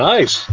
Nice